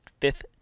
fifth